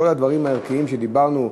כל הדברים הערכיים שדיברנו,